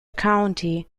county